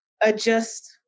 adjust